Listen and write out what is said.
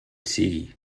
sigui